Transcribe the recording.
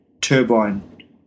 turbine